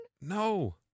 No